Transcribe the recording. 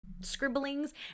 scribblings